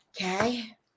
okay